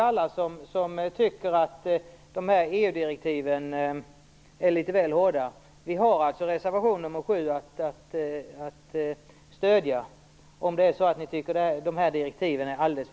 Alla som tycker att EU-direktiven är litet väl hårda kan stödja reservation nr 7.